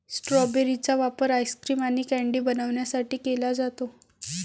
strawberry चा वापर ice cream आणि कँडी बनवण्यासाठी केला जातो